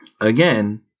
Again